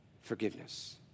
forgiveness